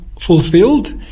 fulfilled